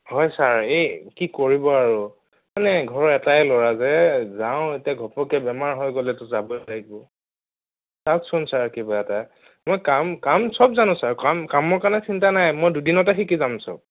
হয় ছাৰ এই কি কৰিব আৰু মানে ঘৰৰ এটাই ল'ৰা যে যাওঁ এতিয়া ঘপককে বেমাৰ হৈ গ'লেটো যাবই লাগিব চাওকচোন ছাৰ কিবা এটা মই কাম কাম চব জানো ছাৰ কাম কামৰ কাৰণে চিন্তা নাই মই দুদিনতে শিকি যাম চব